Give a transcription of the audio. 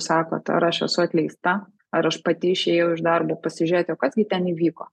sakot ar aš esu atleista ar aš pati išėjau iš darbo pasižiūrėti o kas gi ten įvyko